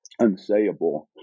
unsayable